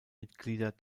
mitglieder